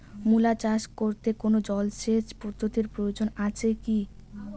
মূলা চাষ করতে কোনো জলসেচ পদ্ধতির প্রয়োজন আছে কী?